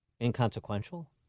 inconsequential